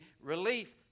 relief